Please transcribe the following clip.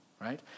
right